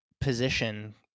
position